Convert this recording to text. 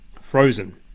Frozen